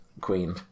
Queen